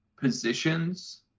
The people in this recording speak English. positions